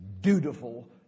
dutiful